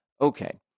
okay